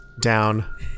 down